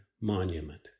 monument